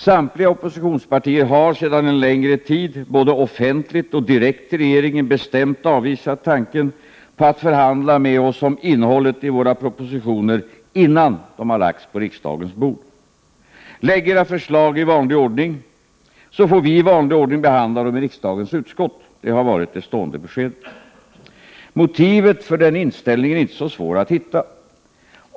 Samtliga oppositionspartier har, sedan en längre tid, både offentligt och direkt till regeringen bestämt avvisat tanken på att förhandla med oss om innehållet i våra propositioner innan de lagts på riksdagens bord. Lägg era förslag så får vi i vanlig ordning behandla dem i riksdagens utskott, har varit det stående beskedet. Motiven för den inställningen är inte så svåra att hitta.